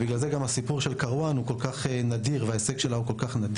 בגלל זה גם הסיפור של כרואן וההישג שלה הוא נדיר.